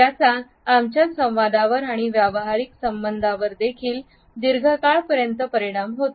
त्याचा आमच्या संवादावरआणि व्यावसायिक संबंधांवरदेखील दीर्घकाळापर्यंत परिणाम होतो